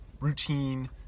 routine